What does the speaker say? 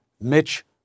Mitch